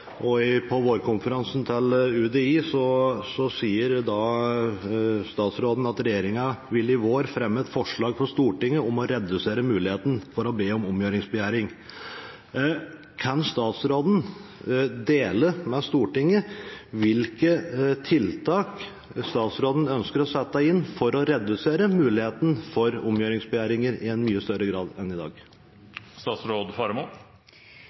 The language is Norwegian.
på. Morten Ørsal Johansen – til oppfølgingsspørsmål. Forrige spørrer var inne på omgjøringsbegjæringer. På vårkonferansen til UDI sa statsråden at regjeringen i vår vil fremme et forslag for Stortinget om å redusere muligheten for å be om omgjøringsbegjæring. Kan statsråden dele med Stortinget hvilke tiltak statsråden ønsker å sette inn for å redusere muligheten for omgjøringsbegjæringer i mye større grad enn i dag?